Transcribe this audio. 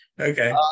Okay